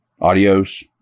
adios